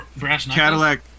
Cadillac